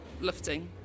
lifting